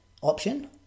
option